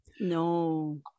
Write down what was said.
No